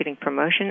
promotion